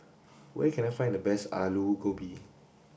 where can I find the best Aloo Gobi